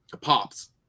Pops